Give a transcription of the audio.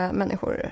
människor